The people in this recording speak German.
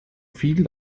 viel